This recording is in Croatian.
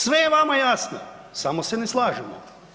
Sve je vama jasno, samo se ne slažemo.